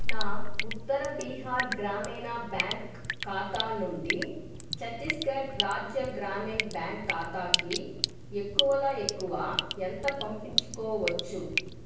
నా ఉత్తర బీహార్ గ్రామీణ బ్యాంక్ ఖాతా నుండి ఛత్తీస్గఢ్ రాజ్య గ్రామీణ బ్యాంక్ ఖాతాకి ఎక్కువల ఎక్కువ ఎంత పంపించుకోవచ్చు